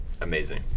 Amazing